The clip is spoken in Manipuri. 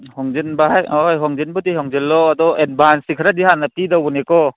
ꯍꯣꯡꯖꯤꯟꯕ ꯍꯣꯏ ꯍꯣꯡꯖꯤꯟꯕꯨꯗꯤ ꯍꯣꯡꯖꯤꯜꯂꯣ ꯑꯗꯣ ꯑꯦꯗꯕꯥꯟꯁꯇꯤ ꯈꯔꯗꯤ ꯍꯥꯟꯅ ꯄꯤꯗꯧꯕꯅꯤꯀꯣ